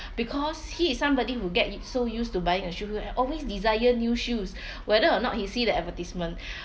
because he is somebody who get so used to buying a shoe always desire new shoes whether or not he see the advertisement